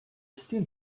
still